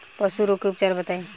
पशु रोग के उपचार बताई?